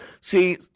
See